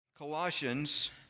Colossians